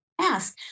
ask